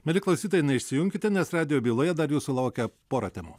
mieli klausytojai neišsijunkite nes radijo byloje dar jūsų laukia pora temų